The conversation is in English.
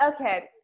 Okay